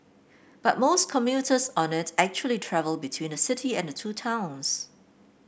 but most commuters on it actually travel between the city and the two towns